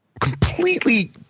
completely